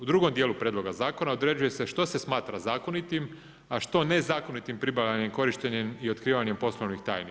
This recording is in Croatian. U drugom dijelu prijedloga zakona određuje se što se smatra zakonitim a što nezakonitim pribavljanjem, korištenjem i otkrivanjem poslovnih tajni.